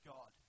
God